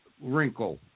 wrinkle